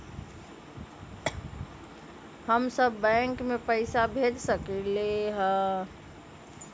हम सब बैंक में पैसा भेज सकली ह?